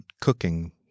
cooking